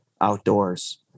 outdoors